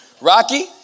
Rocky